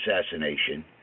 assassination